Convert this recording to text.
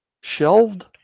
shelved